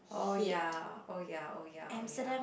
oh ya oh ya oh ya oh ya